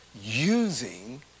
using